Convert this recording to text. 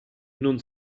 non